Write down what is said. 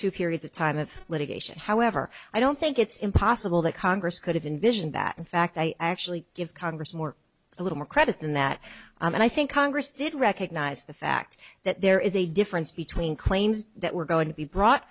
two periods of time of litigation however i don't think it's impossible that congress could have envisioned that in fact they actually give congress more a little more credit than that and i think congress did recognize the fact that there is a difference between claims that we're going to be brought